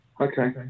Okay